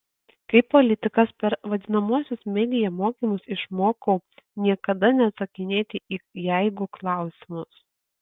kaip politikas per vadinamuosius media mokymus išmokau niekada neatsakinėti į jeigu klausimus